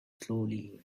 slowly